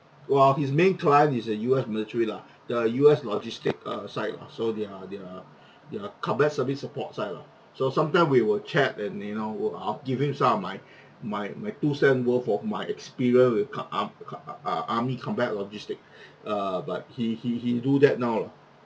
well his main client is a U_S military lah the U_S logistic uh side lah so their their their combat service support side lah so sometimes we will chat and you know will I'll give him some of my my my two cents worth of my experience with c~ arm c~ uh uh army combat logistic err but he he he do that now lah